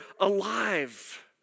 alive